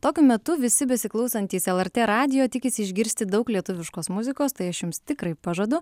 tokiu metu visi besiklausantys lrt radijo tikisi išgirsti daug lietuviškos muzikos tai aš jums tikrai pažadu